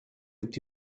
with